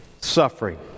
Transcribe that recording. suffering